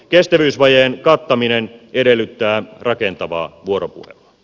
kestävyysvajeen kattaminen edellyttää rakentavaa vuoropuhelua